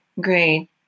Great